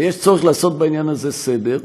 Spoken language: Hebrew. ויש צורך לעשות בעניין הזה סדר.